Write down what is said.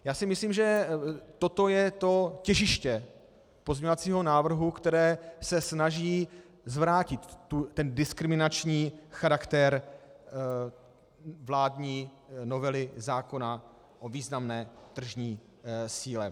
Já si myslím, že toto je to těžiště pozměňovacího návrhu, které se snaží zvrátit diskriminační charakter vládní novely zákona o významné tržní síle.